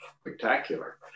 spectacular